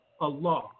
Allah